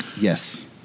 Yes